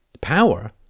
power